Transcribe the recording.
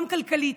גם כלכלית,